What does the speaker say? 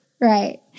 Right